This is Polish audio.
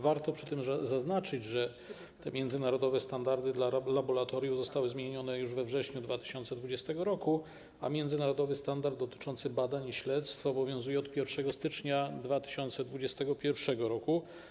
Warto przy tym zaznaczyć, że te międzynarodowe standardy dla laboratoriów zostały zmienione już we wrześniu 2020 r., a międzynarodowy standard dotyczący badań i śledztw obowiązuje od 1 stycznia 2021 r.